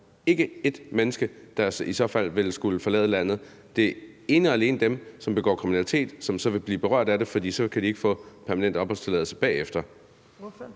ikke et menneske, der i så fald ville skulle forlade landet. Det er ene og alene dem, som begår kriminalitet, som så vil blive berørt af det, fordi de så ikke kan få permanent opholdstilladelse bagefter. Kl.